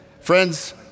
Friends